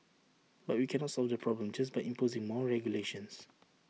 but we cannot solve this problem just by imposing more regulations